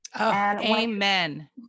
Amen